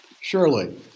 Surely